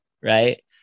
right